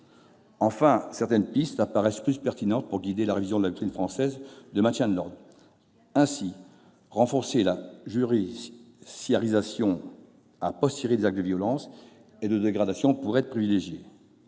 Enfin, certaines pistes apparaissent plus pertinentes pour guider la révision de la doctrine française de maintien de l'ordre. Ainsi, renforcer la judiciarisation des actes de violence et de dégradation pourrait être privilégié.